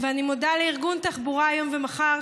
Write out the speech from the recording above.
ואני מודה לארגון תחבורה היום ומחר,